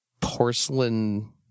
porcelain